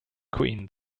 queen